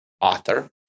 author